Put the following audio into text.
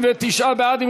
39 בעד.